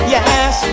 Yes